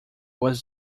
was